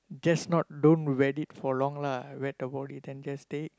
just not don't wet it for long lah wet the body then just take